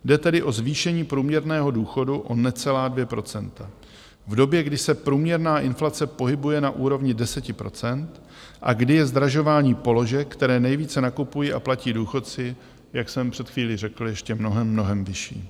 Jde tedy o zvýšení průměrného důchodu o necelá 2 % v době, kdy se průměrná inflace pohybuje na úrovni 10 % a kdy je zdražování položek, které nejvíce nakupují a platí důchodci, jak jsem před chvílí řekl, ještě mnohem vyšší.